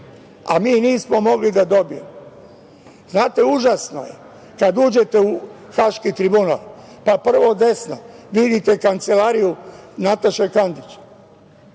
a mi nismo mogli da dobijemo. Znate, užasno je kada uđete u Haški tribunal pa prvo desno vidite kancelariju Nataše Kandić